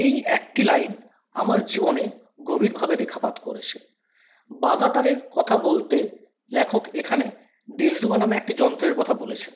এই একটি লাইন আমার জীবনে গভীরভাবে রেখাপাত করেছে বাজাটারে কথা বলতে লেখক এখানে দিলরুবা নামের একটি যন্ত্রের কথা বলেছেন